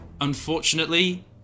unfortunately